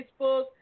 Facebook